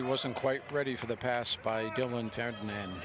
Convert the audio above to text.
he wasn't quite ready for the past by